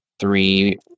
three